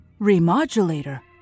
Remodulator